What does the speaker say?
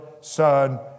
Son